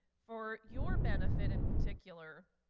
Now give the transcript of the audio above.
for your benefit in particular,